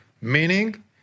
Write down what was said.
meaning